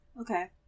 Okay